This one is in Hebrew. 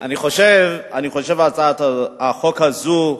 אני חושב שהצעת החוק הזאת,